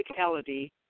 physicality